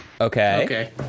okay